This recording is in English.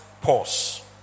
pause